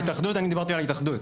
אני דיברתי על ההתאחדות.